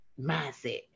mindset